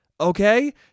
Okay